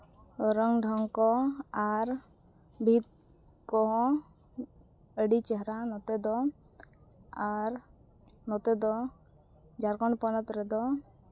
ᱨᱚᱝ ᱰᱷᱚᱝ ᱠᱚ ᱟᱨ ᱵᱷᱤᱛ ᱠᱚᱦᱚᱸ ᱟᱹᱰᱤ ᱪᱮᱦᱨᱟ ᱱᱚᱛᱮ ᱫᱚ ᱟᱨ ᱱᱚᱛᱮ ᱫᱚ ᱡᱷᱟᱲᱠᱷᱚᱸᱰ ᱯᱚᱱᱚᱛ ᱨᱮᱫᱚ